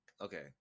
Okay